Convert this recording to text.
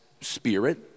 spirit